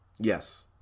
Yes